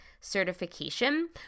certification